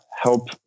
help